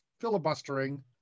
filibustering